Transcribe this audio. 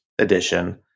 edition